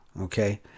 okay